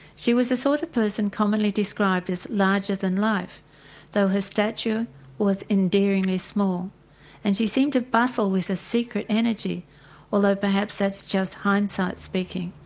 she was the sort of person commonly described as larger than life though her stature was endearingly small and she seemed to bustle with a secret energy although perhaps that's just hindsight speaking.